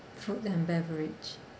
food and beverage